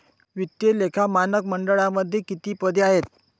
वित्तीय लेखा मानक मंडळामध्ये किती पदे आहेत?